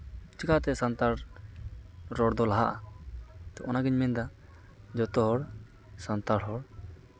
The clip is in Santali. ᱪᱤᱠᱟᱛᱮ ᱥᱟᱱᱛᱟᱲ ᱨᱚᱲᱫᱚ ᱞᱟᱦᱟᱜᱼᱟ ᱛᱚ ᱚᱱᱟᱜᱮᱧ ᱢᱮᱱ ᱮᱫᱟ ᱡᱚᱛᱚ ᱦᱚᱲ ᱥᱟᱱᱛᱟᱲ ᱦᱚᱲ